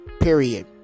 Period